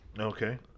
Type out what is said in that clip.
Okay